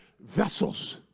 vessels